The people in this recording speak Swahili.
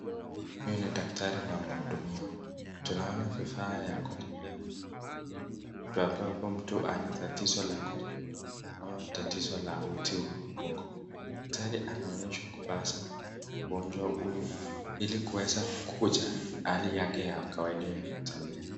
Huyu ni daktari na mhudumiwa. Tunaona vifaa vya kutembea vilivyowekwa kwa mtu ana tatizo la kutembea ama tatizo la uti wa mgongo. Daktari anaonyesha mgonjwa huyu ili kuweza kuja hali yake ya kawaida ya kutembea.